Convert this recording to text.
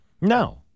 No